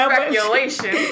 Speculation